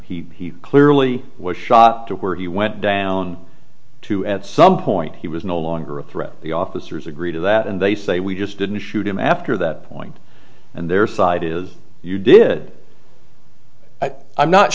he clearly was shot to where he went down to at some point he was no longer a threat the officers agreed to that and they say we just didn't shoot him after that point and their side is you did i'm not